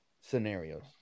scenarios